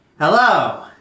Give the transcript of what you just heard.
Hello